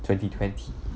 twenty twenty